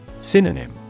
Synonym